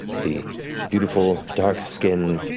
the beautiful, dark-skinned,